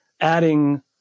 adding